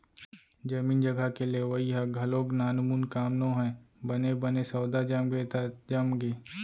जमीन जघा के लेवई ह घलोक नानमून काम नोहय बने बने सौदा जमगे त जमगे